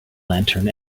lantern